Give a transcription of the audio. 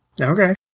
Okay